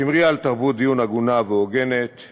שמרי על תרבות דיון הגונה והוגנת,